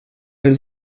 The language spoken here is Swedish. vill